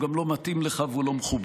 הוא גם לא מתאים לך, והוא לא מכובד.